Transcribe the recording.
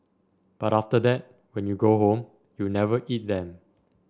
but after that when you go home you never eat them